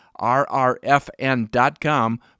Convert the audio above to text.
rrfn.com